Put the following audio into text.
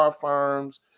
firms